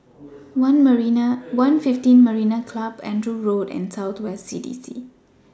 one fifteen Marina Club Andrew Road and South West CDC